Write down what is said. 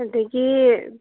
ꯑꯗꯒꯤ